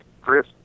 Chris